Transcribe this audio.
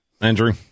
Andrew